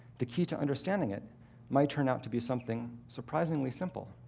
the key to understanding it might turn out to be something surprisingly simple.